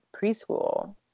preschool